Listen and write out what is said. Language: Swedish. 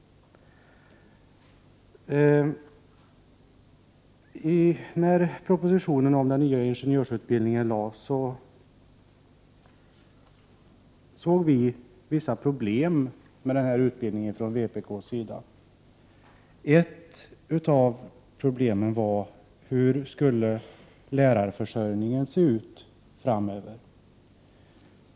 förtekniska yrken När propositionen om den nya ingenjörsutbildningen framlades, såg vi i öd vpk vissa problem med denna utbildning. Ett av dessa problem var hur lärarförsörjningen framöver skulle klaras.